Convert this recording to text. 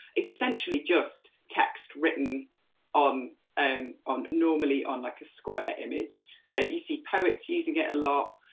it's essentially just text written um um on normally on like a square image, so you see poets using it a lot,